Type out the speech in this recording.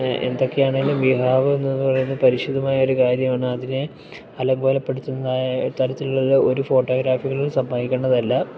എന്തൊക്കെയാണേലും വിവാഹം എന്ന് പറയുന്നത് പരിശുദ്ധമായ ഒരു കാര്യമാണ് അതിനെ അലങ്കോലപ്പെടുത്തുന്ന തരത്തിലുള്ള ഒരു ഫോട്ടോഗ്രാഫികളും സമ്മതിക്കേണ്ടതില്ല